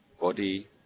body